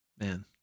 man